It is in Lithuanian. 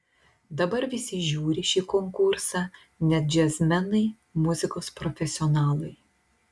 dabar visi žiūri šį konkursą net džiazmenai muzikos profesionalai